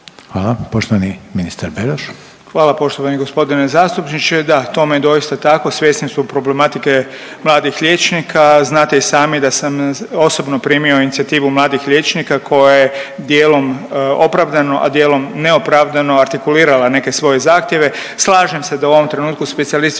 Hvala. Poštovani ministar Beroš. **Beroš, Vili (HDZ)** Hvala poštovani gospodine zastupniče. Da, tome je doista tako. Svjesni smo problematike mladih liječnika. Znate i sami da sam osobno primio inicijativu mladih liječnika koje je dijelom opravdano, a dijelom neopravdano artikulirala neke svoje zahtjeve. Slažem se da u ovom trenutku specijalističko